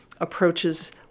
approaches